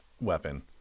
weapon